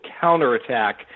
counterattack